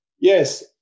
Yes